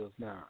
now